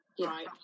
Right